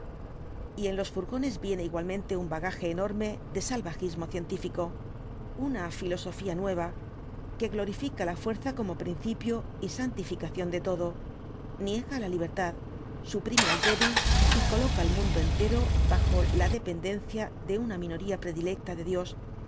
y en los furgones viene igualmente un bagaje enorme de salvajismo científico una filosofía nueva que glorifica la fuerza como principio y santificación de todo niega la libertad suprime al débil y coloca el mundo entero bajo la dependencia de una minoría predilecta de dios